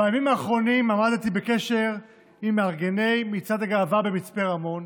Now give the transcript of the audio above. בימים האחרונים עמדתי בקשר עם מארגני מצעד הגאווה במצפה רמון,